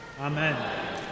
amen